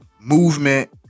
movement